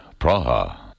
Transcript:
Praha